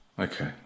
okay